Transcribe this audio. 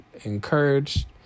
encouraged